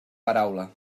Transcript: paraula